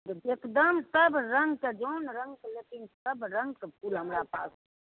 एकदम सब रङ्गके जौन रङ्गके लेथिन सब रङ्गके फूल हमरा पास छै